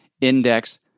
index